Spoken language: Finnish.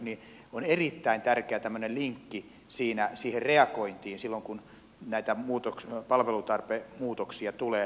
tämä on erittäin tärkeä tämmöinen linkki siihen reagointiin silloin kun näitä palvelutarpeen muutoksia tulee